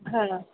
हां